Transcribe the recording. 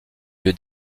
lieu